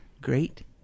great